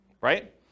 Right